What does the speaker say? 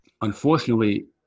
unfortunately